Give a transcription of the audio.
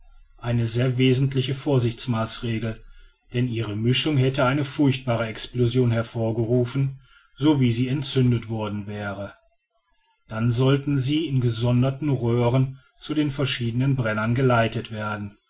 eine sehr wesentliche vorsichtsmaßregel denn ihre mischung hätte eine furchtbare explosion hervorgerufen so wie sie entzündet worden wäre dann sollten sie in gesonderten röhren zu den verschiedenen brennern geleitet werden